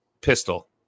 pistol